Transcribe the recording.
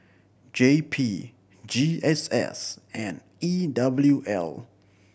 J P G S S and E W L